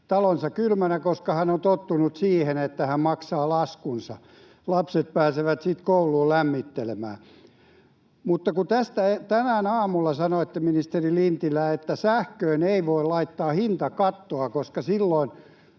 talonsa kylmänä, koska hän on tottunut siihen, että hän maksaa laskunsa, ja lapset pääsevät sitten kouluun lämmittelemään. Mutta kun tänään aamulla sanoitte, ministeri Lintilä, että sähköön ei voi laittaa hintakattoa, koska silloin